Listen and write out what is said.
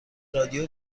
رادیو